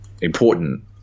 important